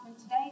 today